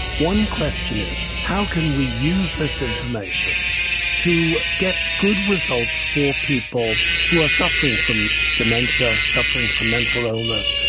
one question is how can we use this information to get good results for people who are suffering from dementia, suffering from mental illness,